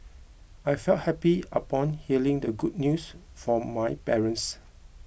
I felt happy upon hearing the good news from my parents